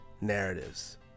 narratives